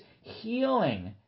healing